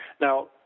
Now